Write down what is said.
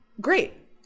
Great